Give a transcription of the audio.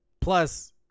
Plus